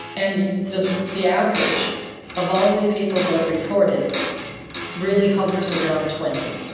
and the the average of all the people who i've reported really hovers around twenty,